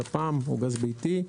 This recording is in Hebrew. גז ביתי,